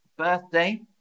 birthday